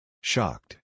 Shocked